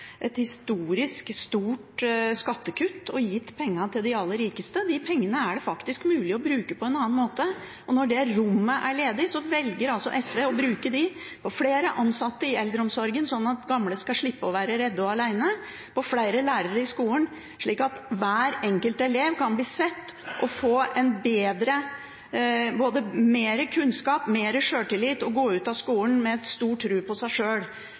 et historisk stort skattekutt og gitt pengene til de aller rikeste. De pengene er det faktisk mulig å bruke på en annen måte. Og når det rommet er ledig, så velger altså SV å bruke dem på flere ansatte i eldreomsorgen, slik at gamle skal slippe å være redde og alene, og på flere lærere i skolen, slik at hver enkelt elev kan bli sett og få mer kunnskap, mer sjøltillit og gå ut av skolen med en stor tro på seg sjøl.